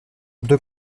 deux